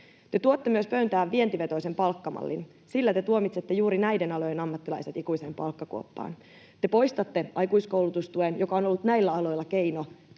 Te tuotte pöytään myös vientivetoisen palkkamallin. Sillä te tuomitsette juuri näiden alojen ammattilaiset ikuiseen palkkakuoppaan. Te poistatte aikuiskoulutustuen, joka on ollut näillä aloilla keino